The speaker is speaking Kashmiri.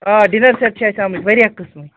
آ ڈِنَر سٮ۪ٹ چھِ اَسہِ آمٕتۍ واریاہ قٕسٕم